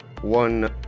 one